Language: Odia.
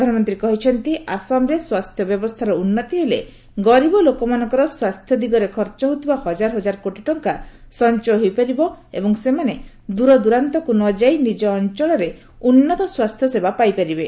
ପ୍ରଧାନମନ୍ତ୍ରୀ କହିଛନ୍ତି ଆସାମରେ ସ୍ୱାସ୍ଥ୍ୟ ବ୍ୟବସ୍ଥାର ଉନ୍ନତି ହେଲେ ଗରିବ ଲୋକମାନଙ୍କର ସ୍ୱାସ୍ଥ୍ୟ ଦିଗରେ ଖର୍ଚ୍ଚ ହେଉଥିବା ହଜାର ହଜାର କୋଟି ଟଙ୍କା ସଞ୍ଚୟ ହୋଇପାରିବ ଏବଂ ସେମାନେ ଦୂରଦୂରାନ୍ତକୁ ନଯାଇ ନିଜ ଅଞ୍ଚଳରେ ଉନ୍ନତ ସ୍ୱାସ୍ଥ୍ୟସେବା ପାଇପାରିବେ